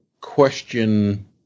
question